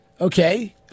Okay